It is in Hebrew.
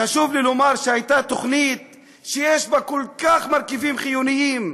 חשוב לי לומר שהייתה תוכנית שיש בה כל כך הרבה מרכיבים חיוניים,